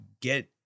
get